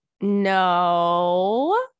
no